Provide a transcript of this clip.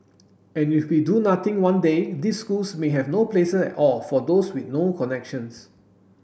and if we do nothing one day these schools may have no places at all for those with no connections